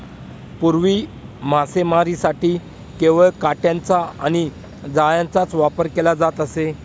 पूर्वी मासेमारीसाठी केवळ काटयांचा आणि जाळ्यांचाच वापर केला जात असे